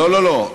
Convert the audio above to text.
לא, לא, לא.